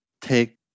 Take